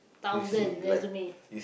thousand resume